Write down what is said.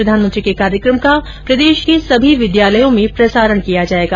प्रधानमंत्री के कार्यक्रम का प्रदेश के सभी विद्यालयों में प्रसारण किया जाएगा